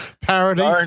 Parody